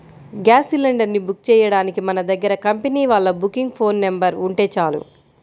gas cylinder ని book చెయ్యడానికి మన దగ్గర కంపెనీ వాళ్ళ బుకింగ్ ఫోన్ నెంబర్ ఉంటే చాలు